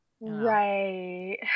Right